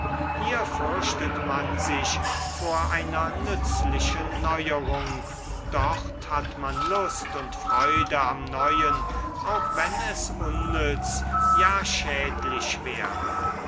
hier fürchtet man sich vor einer nützlichen neuerung dort hat man lust und freude am neuen auch wenn es unnütz ja schädlich wäre